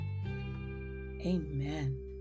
amen